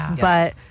but-